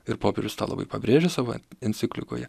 ir popiežius tą labai pabrėžia savo enciklikoje